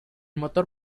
motor